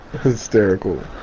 hysterical